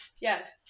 Yes